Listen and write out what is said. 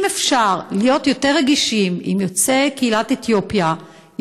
אם אפשר להיות יותר רגישים ליוצאי קהילת אתיופיה,